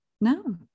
no